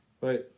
Right